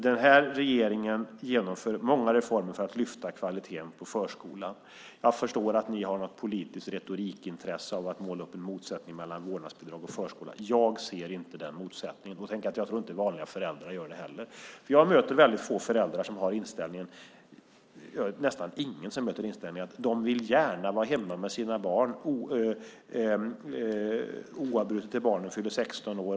Den här regeringen genomför många reformer för att höja kvaliteten på förskolan. Jag förstår att ni har något politiskt retorikintresse av att måla upp en motsättning mellan vårdnadsbidrag och förskola. Jag ser inte den motsättningen. Och tänk att jag inte tror att vanliga föräldrar gör det heller. Jag möter nästan ingen förälder som har inställningen att de gärna vill vara hemma med sina barn oavbrutet till barnen fyller 16 år.